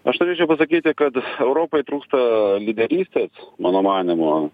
aš norėčiau pasakyti kad europai trūksta lyderystės mano manymu